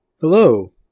hello